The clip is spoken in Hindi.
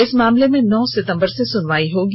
इस मामले में नौ सितंबर से सुनवाई होगी